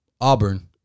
Auburn